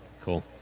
Cool